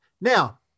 Now